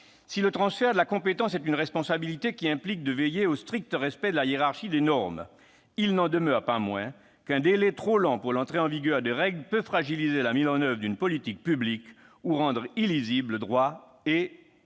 Si le transfert de la compétence est une responsabilité qui implique de veiller au strict respect de la hiérarchie des normes, il n'en demeure pas moins qu'un délai trop long pour l'entrée en vigueur des règles peut fragiliser la mise en oeuvre d'une politique publique ou rendre le droit